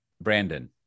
Brandon